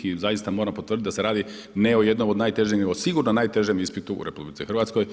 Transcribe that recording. I zaista moram potvrditi da se radi ne o jednom od najtežih nego sigurno najtežem ispitu u RH.